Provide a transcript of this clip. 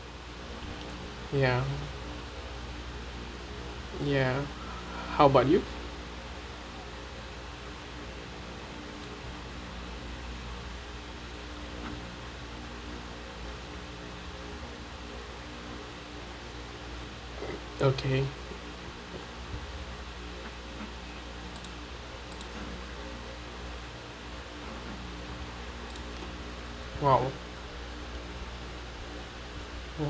ya ya how about you okay !wow!